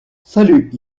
salut